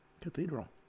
Cathedral